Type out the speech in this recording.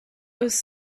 was